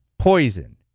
poison